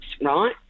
right